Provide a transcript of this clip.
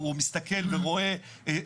ערים קטנות, ערים גדולות.